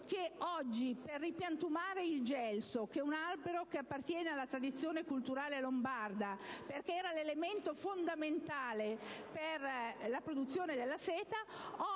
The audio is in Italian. oggi, per ripiantumare il gelso - un albero che appartiene alla tradizione culturale lombarda, perché era l'elemento fondamentale per la produzione della seta